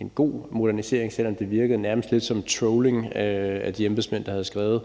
en god modernisering, selv om det nærmest virkede som trolling af de embedsmænd, der havde skrevet